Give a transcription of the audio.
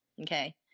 Okay